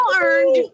earned